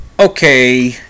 Okay